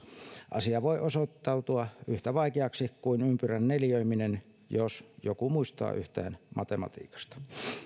asia voi osoittautua yhtä vaikeaksi kuin ympyrän neliöiminen jos joku muistaa yhtään matematiikasta